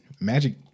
Magic